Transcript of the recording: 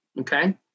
Okay